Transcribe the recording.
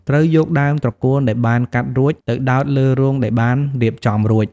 ត្រូវយកដើមត្រកួនដែលបានកាត់រួចទៅដោតលើរងដែលបានរៀបចំរួច។